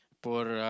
por